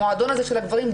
המועדון הזה של הגברים,